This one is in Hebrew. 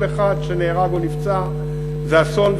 כל אחד שנהרג או נפצע זה אסון,